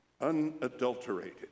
unadulterated